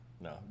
No